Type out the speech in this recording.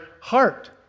heart